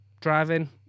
Driving